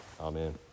Amen